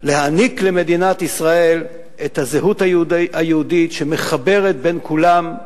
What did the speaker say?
להעניק למדינת ישראל את הזהות היהודית שמחברת בין כולם,